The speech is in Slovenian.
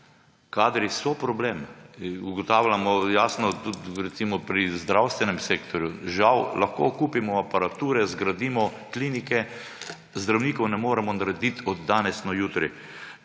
Kadri so problem. Ugotavljamo jasno tudi recimo pri zdravstvenem sektorju. Žal lahko kupimo aparature, zgradimo klinike, zdravnikov ne moremo narediti od danes na jutri.